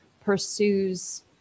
pursues